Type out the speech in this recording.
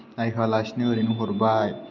नायहोयालासेनो ओरैनो हरबाय